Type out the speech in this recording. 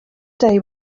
day